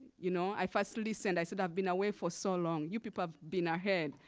you know i first listened. i said, i've been away for so long. you people have been ahead.